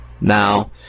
Now